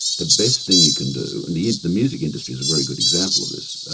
the best thing you can do, and the the music industry is a very good example of this,